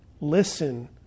Listen